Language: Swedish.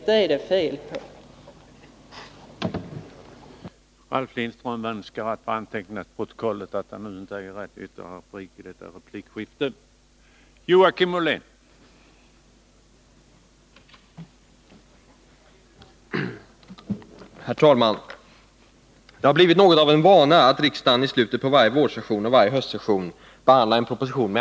Vilket är det fel på, yrkandet eller motionstexten?